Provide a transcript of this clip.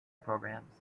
programs